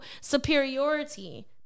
superiority